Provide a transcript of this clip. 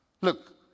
Look